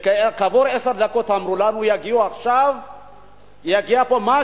כעבור עשר דקות אמרו לנו: יגיע לפה משהו,